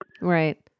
Right